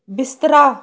ਬਿਸਤਰਾ